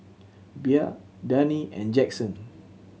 Bea Dani and Jaxon